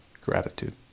gratitude